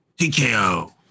TKO